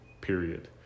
period